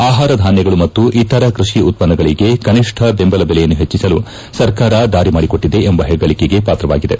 ಆಪಾರ ಧಾನ್ಗಗಳು ಮತ್ತು ಇತರ ಕೃಷಿ ಉತ್ತನ್ನಗಳಿಗೆ ಕನಿಷ್ಟ ಬೆಂಬಲ ಬೆಲೆಯನ್ನು ಪೆಟ್ಟಿಸಲು ಸರ್ಕಾರ ದಾರಿ ಮಾಡಿಕೊಟ್ಟದೆ ಎಂಬ ಪೆಗ್ಗಳಿಕೆಗೆ ಪಾತ್ರವಾಗಿದೆ